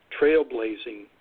trailblazing